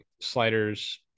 sliders